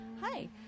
Hi